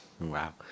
Wow